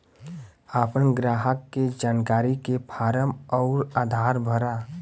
आपन ग्राहक के जानकारी के फारम अउर आधार भरा